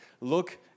Look